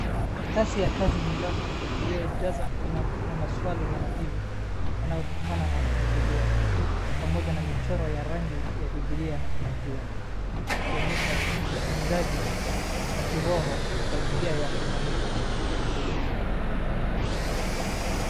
karatasi ya kazi nyumbani iliyojazwa ina maswali na majibu yanayotokana na Biblia pamoja na michoro ya rangi ya Bibilia na jua. Ikionyesha ujifunzaji wa kiroho kwa njia ya ubunifu.